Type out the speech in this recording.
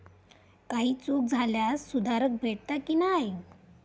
काही चूक झाल्यास सुधारक भेटता की नाय?